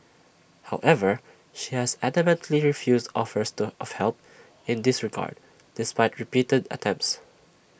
however she has adamantly refused offers to of help in this regard despite repeated attempts